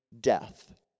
death